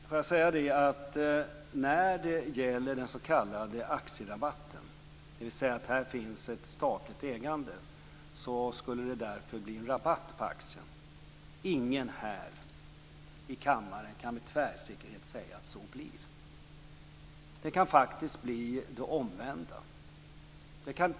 Fru talman! Den s.k. aktierabatten innebär att det finns ett statligt ägande och att det därför skulle bli en rabatt på aktien. Ingen här i kammaren kan tvärsäkert säga att det blir så. Det kan faktiskt bli det omvända.